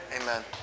amen